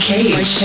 Cage